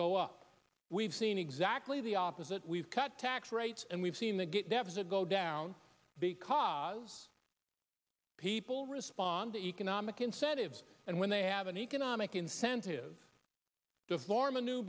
go up we've seen exactly the opposite we've cut tax rates and we've seen the get deficit go down because people respond to economic incentives and when they have an economic incentive to floorman new